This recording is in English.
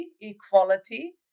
equality